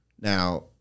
Now